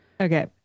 okay